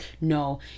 no